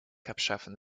abschaffen